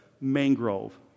mangrove